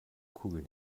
kugeln